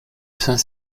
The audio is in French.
saint